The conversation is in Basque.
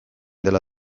dela